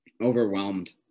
overwhelmed